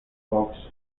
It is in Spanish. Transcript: fox